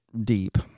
deep